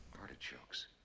artichokes